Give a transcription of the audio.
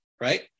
right